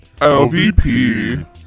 LVP